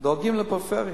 דואגים לפריפריה,